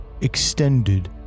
extended